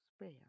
spare